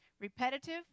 Repetitive